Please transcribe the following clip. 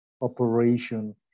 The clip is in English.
operation